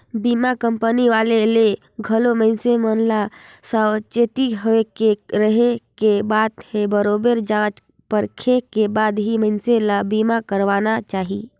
बीमा कंपनी वाले ले घलो मइनसे मन ल सावाचेती होय के रहें के बात हे बरोबेर जॉच परखे के बाद ही मइनसे ल बीमा करवाना चाहिये